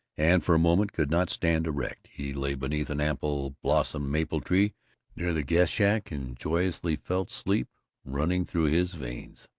and for a moment could not stand erect. he lay beneath an ample-bosomed maple tree near the guest-shack, and joyously felt sleep running through his veins.